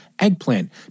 eggplant